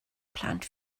plant